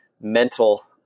mental